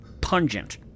pungent